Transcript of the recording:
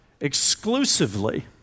exclusively